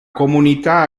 comunità